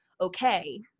okay